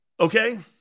Okay